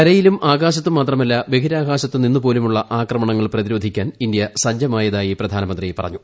കരയിലും ആകാശത്തും മാത്രമല്ല ബഹിരാകാശത്തു നിന്ന് പോലുമുള്ള ആക്രമണങ്ങൾ പ്രതിരോധിക്കാൻ ഇന്ത്യ സജ്ജമായതായി പ്രധാനമന്ത്രി പറഞ്ഞു